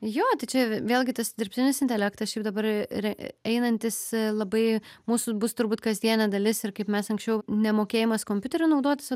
jo tai čia vėlgi tas dirbtinis intelektas šiaip dabar re einantis labai mūsų bus turbūt kasdienė dalis ir kaip mes anksčiau nemokėjimas kompiuteriu naudotis vat